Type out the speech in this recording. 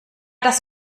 das